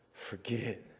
forget